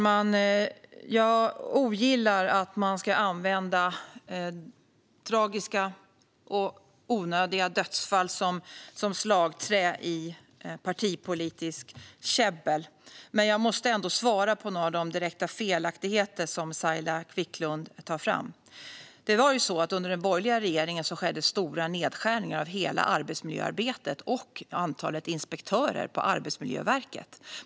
Fru talman! Jag ogillar att man använder tragiska och onödiga dödsfall som slagträ i partipolitiskt käbbel. Men jag måste ändå svara på några av de direkta felaktigheter som Saila Quicklund för fram. Under den borgerliga regeringen skedde stora nedskärningar av hela arbetsmiljöarbetet och antalet inspektörer på Arbetsmiljöverket.